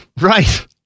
Right